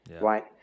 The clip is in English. right